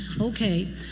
okay